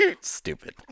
stupid